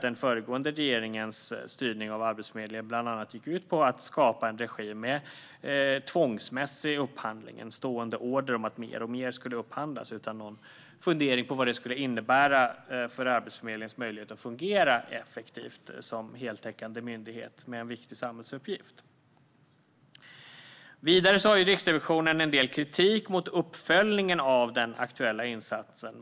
Den föregående regeringens styrning av Arbetsförmedlingen gick bland annat ut på att skapa en regim med tvångsmässig upphandling, en stående order om att mer och mer skulle upphandlas utan någon fundering på vad det skulle innebära för Arbetsförmedlingens möjlighet att fungera effektivt som heltäckande myndighet med en viktig samhällsuppgift. Vidare har Riksrevisionen en del kritik mot uppföljningen av den aktuella insatsen.